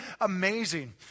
amazing